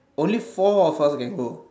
only four of us can go